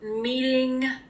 meeting